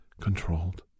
Controlled